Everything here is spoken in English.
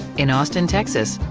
in austin, texas,